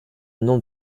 nom